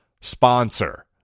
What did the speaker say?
sponsor